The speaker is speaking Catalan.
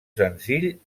senzill